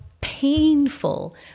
painful